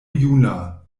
juna